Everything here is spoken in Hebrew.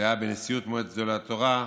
שהיה בנשיאות מועצת גדולי התורה,